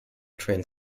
trained